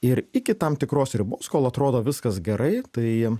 ir iki tam tikros ribos kol atrodo viskas gerai tai